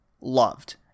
loved